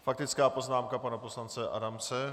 Faktická poznámka pana poslance Adamce.